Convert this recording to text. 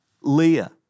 Leah